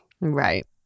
Right